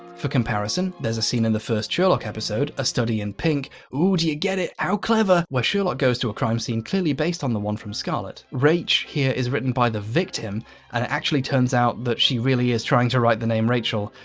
for comparison, there's a scene in the first sherlock episode, a study in pink ooh, do you get it? how clever. where sherlock goes to a crime scene clearly based on the one from scarlet. rache here is written by the victim and it actually turns out that she really is trying to write the name rachel,